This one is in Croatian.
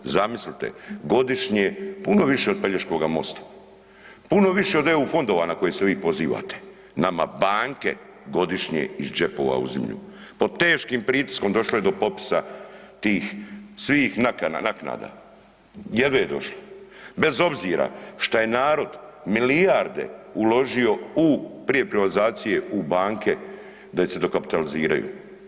Zamislite godišnje puno više od Pelješkoga mosta, puno više od EU fondova na koje se vi pozivate, nama banke godišnje iz džepova uzimlju pod teškim pritiskom došlo je do potpisa tih svih naknada, jedva je došlo bez obzira šta je narod milijarde uložio u, prije privatizacije u banke da se dokapitaliziraju.